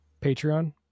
Patreon